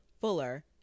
fuller